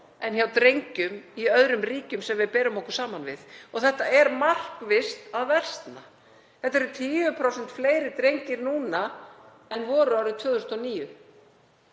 en hjá drengjum í öðrum ríkjum sem við berum okkur saman við. Og þetta er markvisst að versna. Þetta eru 10% fleiri drengir núna en voru árið 2009.